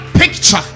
picture